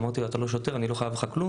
אמרתי לו, אתה לא שוטר, אני לא חייב לך כלום,